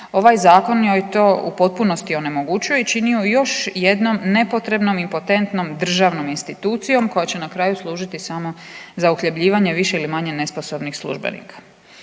Ovaj zakon joj to u potpunosti onemogućuje i čini ju još jednom nepotrebnom, impotentnom državnom institucijom koja će na kraju služiti samo za uhljebljivanje više ili manje nesposobnih službenika.